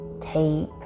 tape